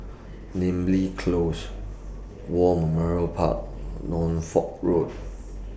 Namly Close War Memorial Park Norfolk Road